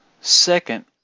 Second